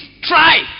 try